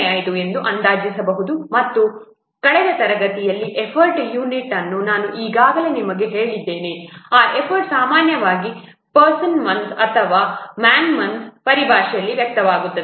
05 ಎಂದು ಅಂದಾಜಿಸಬಹುದು ಮತ್ತು ಕಳೆದ ತರಗತಿಯಲ್ಲಿ ಎಫರ್ಟ್ ಯೂನಿಟ್ ಅನ್ನು ನಾನು ಈಗಾಗಲೇ ನಿಮಗೆ ಹೇಳಿದ್ದೇನೆ ಆ ಎಫರ್ಟ್ ಸಾಮಾನ್ಯವಾಗಿ ಪರ್ಸನ್ ಮಂತ್ಸ್ ಅಥವಾ ಮ್ಯಾನ್ ಮಂತ್ಸ್ ಪರಿಭಾಷೆಯಲ್ಲಿ ವ್ಯಕ್ತವಾಗುತ್ತದೆ